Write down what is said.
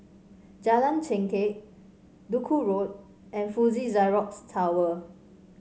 Jalan Chengkek Duku Road and Fuji Xerox Tower